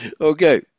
Okay